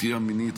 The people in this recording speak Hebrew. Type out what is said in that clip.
נטייה מינית,